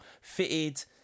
fitted